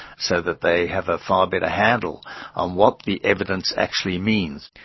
so that they have a far better handle on what the evidence actually means.